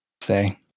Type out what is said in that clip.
say